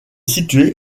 situé